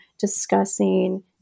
discussing